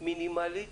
מינימלית